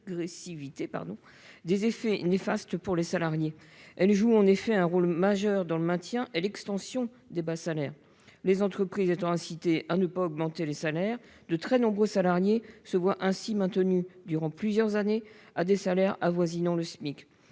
des effets néfastes pour les salariés. Elle joue en effet un rôle majeur dans le maintien et l'extension des bas salaires. Les entreprises étant incitées à ne pas augmenter les salaires, de très nombreux salariés se voient maintenus durant plusieurs années à des salaires avoisinant le SMIC.